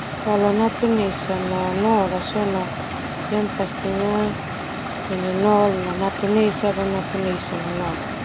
Kalau natun esa no nol sona nol no natun esa boma natun esa no nol.